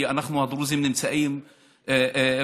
כי אנחנו הדרוזים נמצאים בצפון.